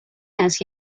است